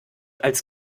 als